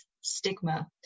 stigma